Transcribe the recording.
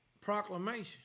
proclamation